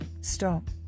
stop